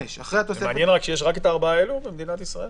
יש רק הארבעה האלה במדינת ישראל?